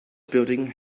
building